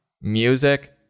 music